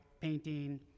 painting